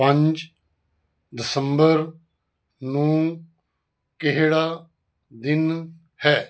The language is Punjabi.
ਪੰਜ ਦਸੰਬਰ ਨੂੰ ਕਿਹੜਾ ਦਿਨ ਹੈ